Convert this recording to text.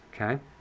okay